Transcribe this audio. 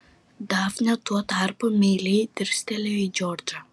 dafnė tuo tarpu meiliai dirstelėjo į džordžą